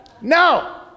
No